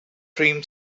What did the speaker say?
dream